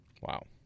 Wow